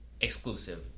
exclusive